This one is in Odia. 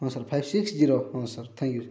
ହଁ ସାର୍ ଫାଇପ୍ ସିକ୍ସ ଜିରୋ ହଁ ସାର୍ ଥ୍ୟାଙ୍କ୍ ୟୁ